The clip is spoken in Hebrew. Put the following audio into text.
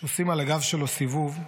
שעושים על הגב שלו סיבוב,